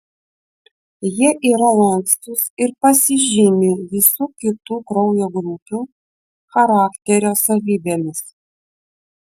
jie yra lankstūs ir pasižymi visų kitų kraujo grupių charakterio savybėmis